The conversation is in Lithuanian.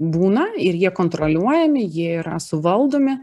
būna ir jie kontroliuojami jie yra suvaldomi